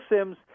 Sims